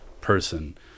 person